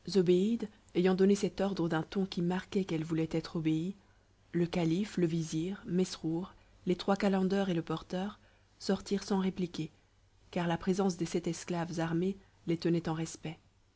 ayant donné cet ordre d'un ton qui marquait qu'elle voulait être obéie le calife le vizir mesrour les trois calenders et le porteur sortirent sans répliquer car la présence des sept esclaves armés les tenait en respect